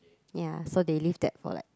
ya so they leave that for like